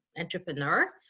entrepreneur